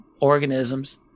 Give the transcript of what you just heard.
organisms